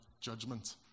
judgment